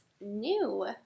new